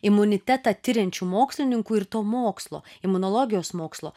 imunitetą tiriančių mokslininkų ir to mokslo imunologijos mokslo